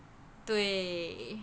对